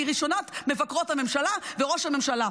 אני ראשונת מבקרות הממשלה וראש הממשלה.